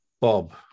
Bob